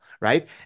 right